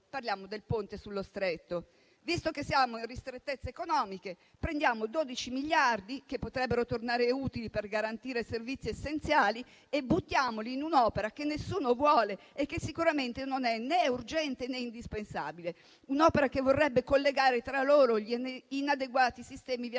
Parliamo del Ponte sullo Stretto: visto che siamo in ristrettezze economiche, prendiamo 12 miliardi, che potrebbero tornare utili per garantire servizi essenziali, e buttiamoli in un'opera che nessuno vuole e che sicuramente non è né urgente, né indispensabile. Un'opera che vorrebbe collegare tra loro gli inadeguati sistemi viabilistici